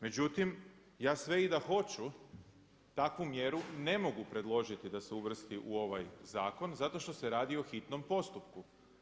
Međutim, ja sve i da hoću takvu mjeru ne mogu predložiti da se uvrsti u ovaj zakon zato što se radi o hitnom postupku.